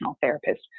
therapist